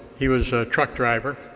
he was a truck driver.